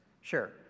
Sure